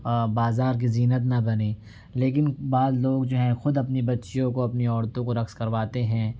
بازار کی زینت نہ بنیں لیکن بعض لوگ جو ہیں خود اپنی بچیوں کو اپنی عورتوں کو رقص کرواتے ہیں